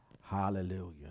Hallelujah